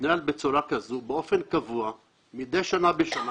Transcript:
מתנהל בצורה כזאת באופן קבוע מדי שנה בשנה.